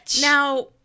Now